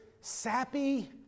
sappy